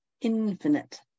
infinite